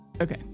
Okay